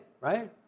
right